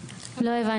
להלן תרגומם: לא הבנתי.